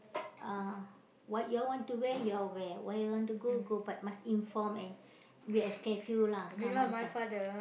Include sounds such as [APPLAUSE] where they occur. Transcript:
uh what you all want to wear you all wear where you all want to go go but must inform and we have curfew lah come home time [NOISE]